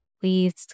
please